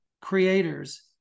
creators